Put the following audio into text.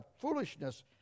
Foolishness